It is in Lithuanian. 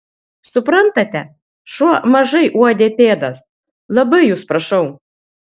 suprantate šuo mažai uodė pėdas labai jus prašau